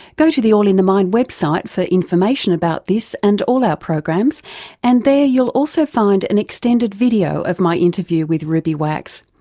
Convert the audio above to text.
go to the all in the mind website for information about this and all our programs and there you'll also find an extended video of my interview with ruby wax.